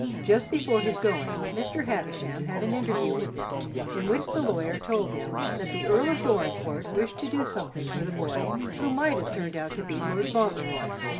just before his going, mr. havisham had an interview with him in which the lawyer told him that the earl of dorincourt wished to do something for the boy who might have turned out to be lord fauntleroy,